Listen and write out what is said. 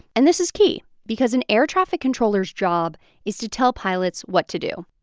and this is key because an air traffic controller's job is to tell pilots what to do.